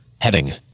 Heading